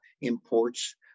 imports